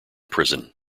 prison